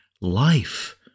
life